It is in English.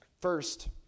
First